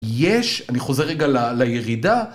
יש, אני חוזר רגע לירידה.